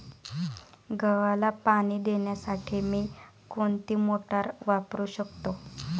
गव्हाला पाणी देण्यासाठी मी कोणती मोटार वापरू शकतो?